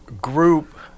group